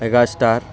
megastar